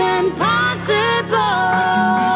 impossible